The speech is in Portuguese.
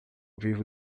vivo